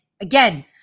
again